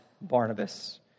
barnabas